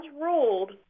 ruled